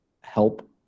help